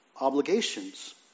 obligations